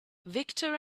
victor